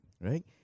right